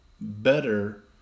better